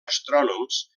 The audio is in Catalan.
astrònoms